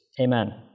Amen